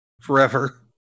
Forever